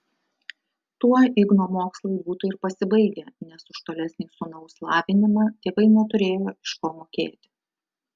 tuo igno mokslai būtų ir pasibaigę nes už tolesnį sūnaus lavinimą tėvai neturėjo iš ko mokėti